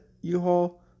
U-Haul